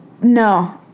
No